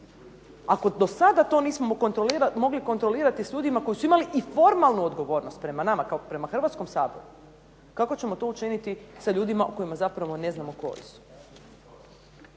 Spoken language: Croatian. Ako do sada to nismo mogli kontrolirati i sa ljudima koji su imali i formalnu odgovornost prema nama kao prema Hrvatskom saboru kako ćemo to učiniti sa ljudima o kojima zapravo ne znamo tko su.